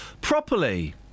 properly